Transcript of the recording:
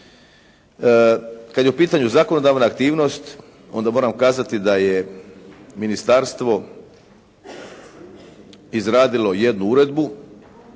Kada je u pitanju zakonodavna aktivnost onda moramo kazati da je ministarstvo izradilo jednu uredbu